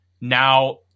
Now